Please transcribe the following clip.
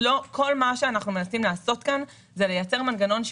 לגבי מיסוי ירוק אני אתייחס.